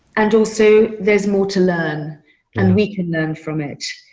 and also there's more to learn and we can learn from it.